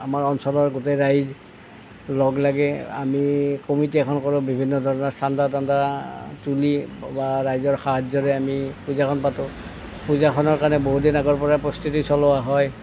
আমাৰ অঞ্চলৰ গোটেই ৰাইজ লগ লাগে আমি কমিটি এখন কৰোঁ বিভিন্ন ধৰণৰ চান্দা তান্দা তুলি বা ৰাইজৰ সাহায্যৰে আমি পূজাখন পাতোঁ পূজাখনৰ কাৰণে বহুদিন আগৰ পৰা প্ৰস্তুতি চলোৱা হয়